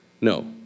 no